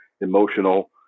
emotional